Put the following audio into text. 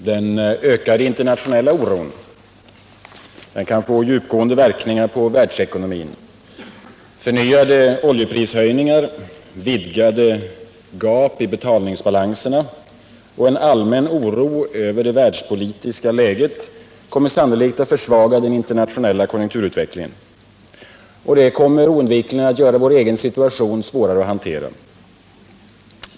Herr talman! Den ökade internationella oron kan få djupgående verkningar på världsekonomin. Förnyade oljeprishöjningar, vidgade gap i betalningsbalanserna och en allmän oro över det världspolitiska läget kommer sannolikt att försvaga den internationella konjunkturutvecklingen. Detta kommer onekligen att göra vår egen situation svårare att hantera.